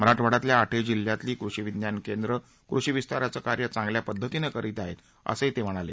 मराठवाड्यातल्या आठही जिल्हयातली कृषि विज्ञान केंद्र कृषि विस्ताराचं कार्य चांगल्या पध्दतीनं करित आहेत असंही ते म्हणाले